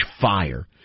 fire